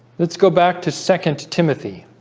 let's go back to second timothy